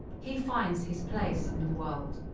he finds his place in the world.